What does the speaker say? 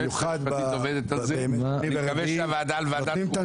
במסגרת הבחירות התחלפה ממשלה; הוא סיכם להיות עוזר